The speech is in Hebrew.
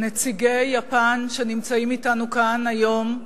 נציגי יפן שנמצאים אתנו כאן היום,